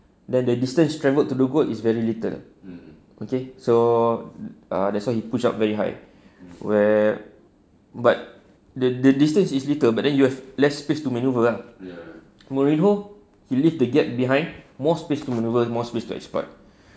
then the distance travelled to the goal is very little okay so that's why he push up very high where but the distance is little but then you have less space to manoeuvre ah mourinho he lived the gap behind more space to manoeuvre more space to exploit